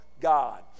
God